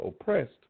oppressed